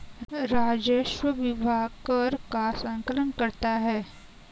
राजस्व विभाग कर का संकलन करता है